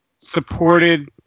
supported